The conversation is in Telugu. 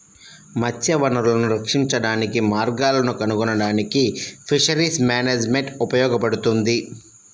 మత్స్య వనరులను రక్షించడానికి మార్గాలను కనుగొనడానికి ఫిషరీస్ మేనేజ్మెంట్ ఉపయోగపడుతుంది